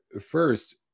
first